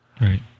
Right